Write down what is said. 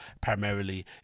primarily